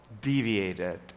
deviated